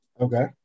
Okay